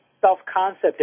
self-concept